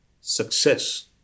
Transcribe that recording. success